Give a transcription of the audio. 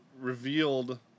revealed